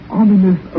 ominous